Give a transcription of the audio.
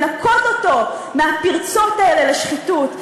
לנקות אותו מהפרצות האלה לשחיתות,